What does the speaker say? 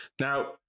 Now